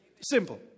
Simple